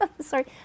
sorry